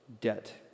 debt